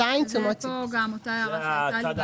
תשומות ציוד, ופה גם אותה הערה שהייתה לי בהתחלה.